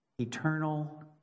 eternal